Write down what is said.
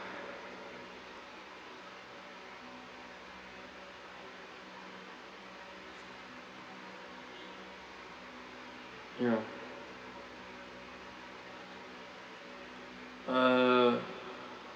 ya uh